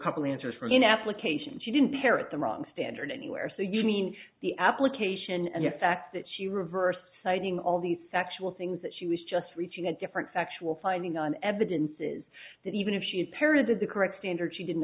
couple of answers from an application she didn't parrot the wrong standard anywhere so you mean the application and the fact that she reversed citing all these sexual things that she was just reaching a different factual finding on evidence is that even if she parroted the correct standard she didn't